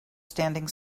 standing